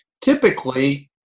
typically